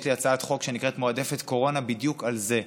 יש לי הצעת חוק שנקראת "מועדפת קורונה" בדיוק על זה.